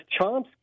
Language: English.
Chomsky